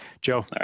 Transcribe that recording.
Joe